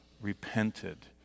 repented